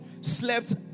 slept